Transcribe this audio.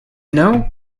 know